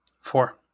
four